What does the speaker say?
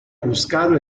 buscado